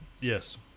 Yes